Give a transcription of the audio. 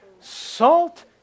Salt